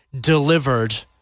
delivered